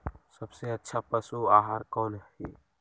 सबसे अच्छा पशु आहार कोन हई?